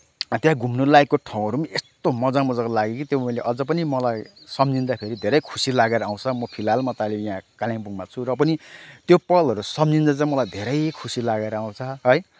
त्यहाँ घुम्न लायकहरूको ठाउँहरू पनि यस्तो मजा मजाको लाग्यो कि त्यो मैले अझै पनि मलाई सम्झिँदाखेरि धेरै खुसी लागेर आउँछ म फिलहाल म त अहिले यहाँ कालिम्पोङमा छु र पनि त्यो पलहरू सम्झिँदा चाहिँ मलाई धेरै खुसी लागेर आउँछ है